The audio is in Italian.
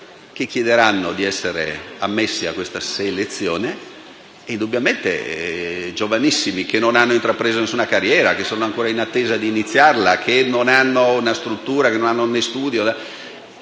chiederanno di essere ammessi a questa selezione pletore di giovani, giovanissimi che non hanno intrapreso nessuna carriera, che sono ancora in attesa di iniziarla, che non hanno una struttura o uno studio.